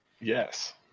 Yes